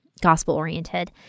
gospel-oriented